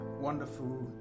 wonderful